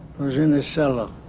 was in the cellar